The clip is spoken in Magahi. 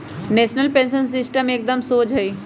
नेशनल पेंशन सिस्टम एकदम शोझ हइ